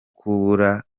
kubura